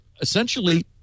essentially